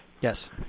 Yes